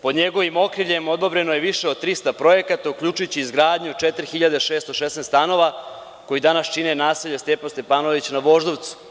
Pod njegovim okriljem odobreno je više od trista projekata uključujući i izgradnju 4.616 stanova koji danas čine naselje Stepa Stepanović na Voždovcu.